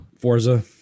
Forza